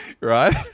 right